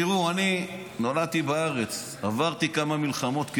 תראו, אני נולדתי בארץ, עברתי כמה מלחמות כילד,